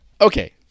okay